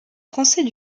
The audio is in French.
français